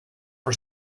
for